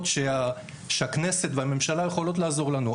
כתנאי בסיסי וכעניין עקרוני ומוביל וראשון במעלה ולתת לסטודנטים